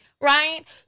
right